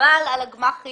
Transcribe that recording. מקובל על הגמ"חים